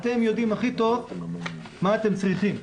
אתם יודעים הכי טוב מה אתם צריכים.